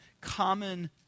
common